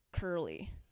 curly